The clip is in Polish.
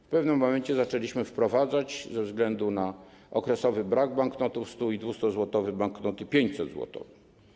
W pewnym momencie zaczęliśmy wprowadzać, ze względu na okresowy brak banknotów 100- i 200-złotowych, banknoty 500-złotowe.